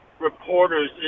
reporters